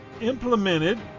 implemented